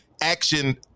action